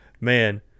Man